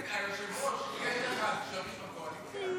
היושב-ראש, יש לך קשרים בקואליציה?